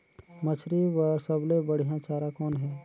मछरी बर सबले बढ़िया चारा कौन हे?